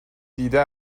دیده